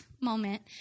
moment